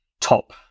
top